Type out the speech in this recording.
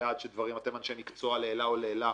אתם אנשי מקצוע לעילא ולעילא,